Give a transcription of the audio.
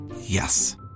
Yes